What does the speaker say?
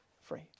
Free